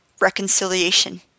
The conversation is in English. reconciliation